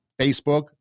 Facebook